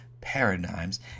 paradigms